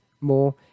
more